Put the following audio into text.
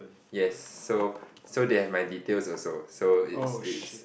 yes so so they have my details also so it's it's